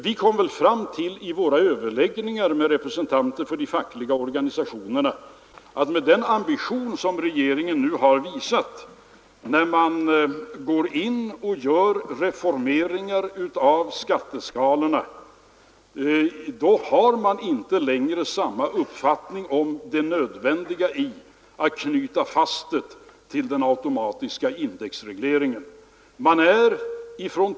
Vi kom i våra överläggningar med representanter för de fackliga organisationerna fram till att med den ambition som regeringen nu har visat genom reformeringarna av skatteskalorna har man inte längre samma uppfattning om det nödvändiga i att knyta fast det till den automatiska indexregleringen.